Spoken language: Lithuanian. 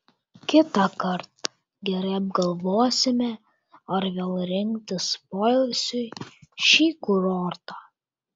kitąkart gerai apgalvosime ar vėl rinktis poilsiui šį kurortą